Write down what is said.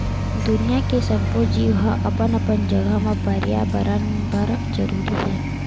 दुनिया के सब्बो जीव ह अपन अपन जघा म परयाबरन बर जरूरी हे